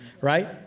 right